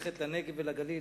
מרחיק לכת לנגב ולגליל?